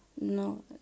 No